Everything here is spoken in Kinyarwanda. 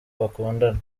bakundana